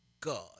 God